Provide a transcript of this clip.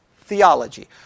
theology